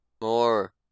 More